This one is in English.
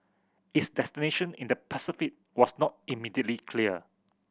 its destination in the Pacific was not immediately clear